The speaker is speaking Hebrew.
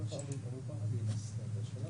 העניין של בחינה